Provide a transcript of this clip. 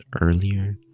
earlier